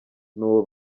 n’uwo